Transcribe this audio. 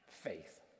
Faith